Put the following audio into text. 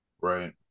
Right